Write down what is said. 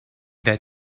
that